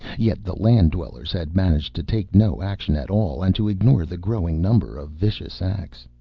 yet, the land-dwellers had managed to take no action at all and to ignore the growing number of vicious acts.